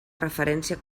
referència